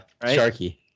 Sharky